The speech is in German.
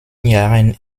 jahren